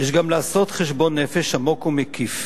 יש גם לעשות חשבון נפש עמוק ומקיף